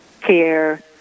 care